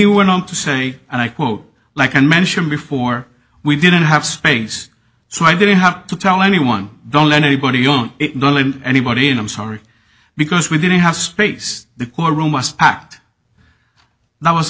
went on to say and i quote like i mentioned before we didn't have space so i didn't have to tell anyone don't let anybody on anybody and i'm sorry because we didn't have space the court room was packed that was the